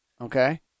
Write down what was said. okay